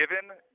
Given